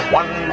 one